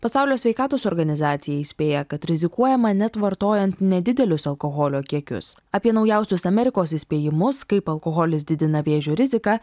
pasaulio sveikatos organizacija įspėja kad rizikuojama net vartojant nedidelius alkoholio kiekius apie naujausius amerikos įspėjimus kaip alkoholis didina vėžio riziką